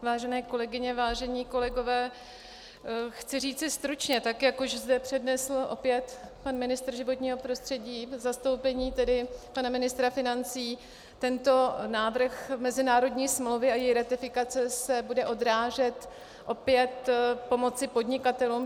Vážené kolegyně, vážení kolegové, chci říci stručně, tak jak už zde přednesl opět pan ministr životního prostředí v zastoupení pana ministra financí tento návrh mezinárodní smlouvy, její ratifikace se bude odrážet opět v pomoci podnikatelům.